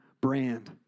brand